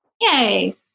Yay